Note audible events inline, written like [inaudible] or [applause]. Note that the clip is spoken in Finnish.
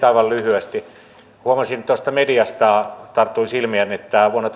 [unintelligible] aivan lyhyesti huomasin mediasta tarttui silmiini että vuonna [unintelligible]